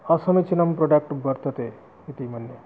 असमीचीनं प्राडक्ट् वर्तते इति मन्ये